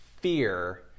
fear